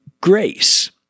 grace